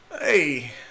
hey